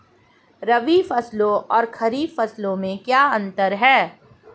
रबी फसलों और खरीफ फसलों में क्या अंतर है?